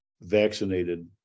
vaccinated